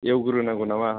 एवग्रोनांगौ नामा हाखौ